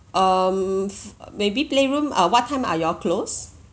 um maybe playroom uh what time are you all close